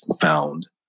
found